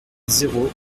zéro